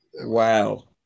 Wow